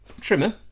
trimmer